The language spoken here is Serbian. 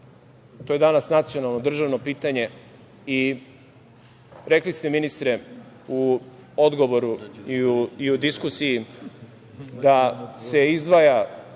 to je danas nacionalno državno pitanje. Rekli ste, ministre, u odgovoru i u diskusiji da se izdvaja